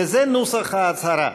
זה נוסח ההצהרה: